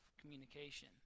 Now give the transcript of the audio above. communication